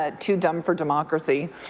ah too dumb for democracy